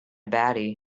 batty